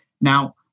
Now